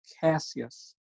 Cassius